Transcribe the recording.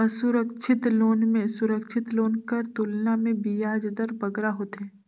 असुरक्छित लोन में सुरक्छित लोन कर तुलना में बियाज दर बगरा होथे